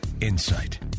insight